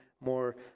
more